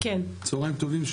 צהריים טובים,